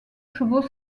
chevaux